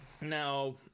Now